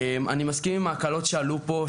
אני מסכים עם ההקלות שעלו פה,